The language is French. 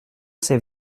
ses